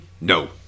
No